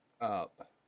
up